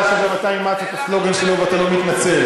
שגם אתה אימצת את הסלוגן שלו ואתה לא מתנצל.